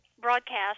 broadcast